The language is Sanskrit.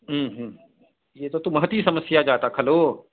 एतत्तु महती समस्या जाता खलु